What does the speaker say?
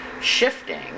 shifting